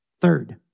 Third